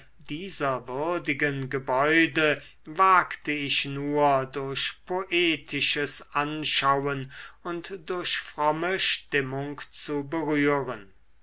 dieser würdigen gebäude wagte ich nur durch poetisches anschauen und durch fromme stimmung zu berühren